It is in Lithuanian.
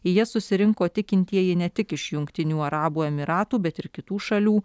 į jas susirinko tikintieji ne tik iš jungtinių arabų emyratų bet ir kitų šalių